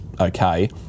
okay